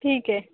ठीक आहे